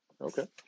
okay